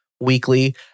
weekly